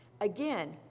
Again